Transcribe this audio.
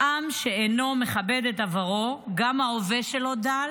"עם שאינו מכבד את עברו, ההווה שלו דל